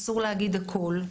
אסור להגיד הכול,